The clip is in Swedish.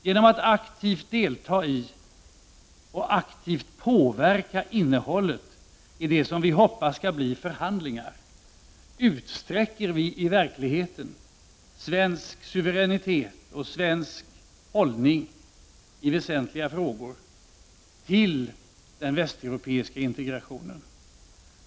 Genom att aktivt delta i och aktivt påverka innehållet i det som vi hoppas skall bli förhandlingar, utsträcker vi i verkligheten svensk suveränitet och svensk hållning i väsentliga frågor till den västeuropeiska integrationen.